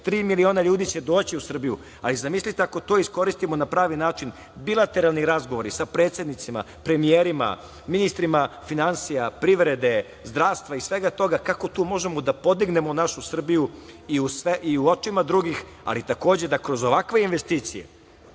miliona ljudi će doći u Srbiju. Zamislite ako to iskoristimo na pravi način – bilateralni razgovori sa predsednicima, premijerima, ministrima finansija, privrede, zdravstva i svega toga, kako tu možemo da podignemo našu Srbiju i u očima drugih, ali takođe da kroz ovakve investicije